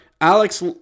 Alex